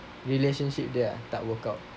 relationship dia tak work out